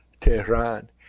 Tehran